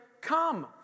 come